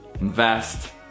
invest